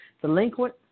delinquent